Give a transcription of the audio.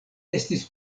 estis